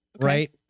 Right